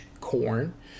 corn